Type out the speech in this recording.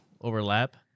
overlap